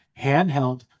handheld